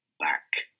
back